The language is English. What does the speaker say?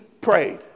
prayed